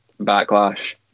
backlash